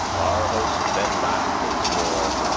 our host then laugh'd and swore,